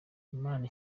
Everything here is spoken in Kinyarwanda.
imana